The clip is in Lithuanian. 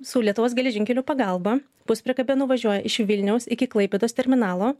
su lietuvos geležinkelių pagalba puspriekabė nuvažiuoja iš vilniaus iki klaipėdos terminalo